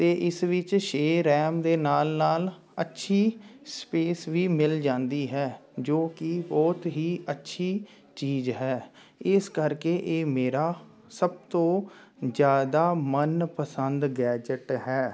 ਅਤੇ ਇਸ ਵਿੱਚ ਛੇ ਰੈਮ ਦੇ ਨਾਲ ਨਾਲ ਅੱਛੀ ਸਪੇਸ ਵੀ ਮਿਲ ਜਾਂਦੀ ਹੈ ਜੋ ਕਿ ਬਹੁਤ ਹੀ ਅੱਛੀ ਚੀਜ਼ ਹੈ ਇਸ ਕਰਕੇ ਇਹ ਮੇਰਾ ਸਭ ਤੋਂ ਜ਼ਿਆਦਾ ਮਨਪਸੰਦ ਗੈਜਟ ਹੈ